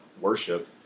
worship